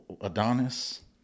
Adonis